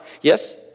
Yes